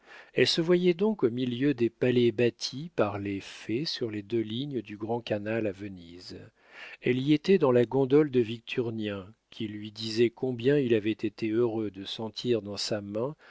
elle se voyait donc au milieu des palais bâtis par les fées sur les deux lignes du grand canal à venise elle y était dans la gondole de victurnien qui lui disait combien il avait été heureux de sentir dans sa main